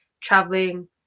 traveling